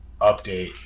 update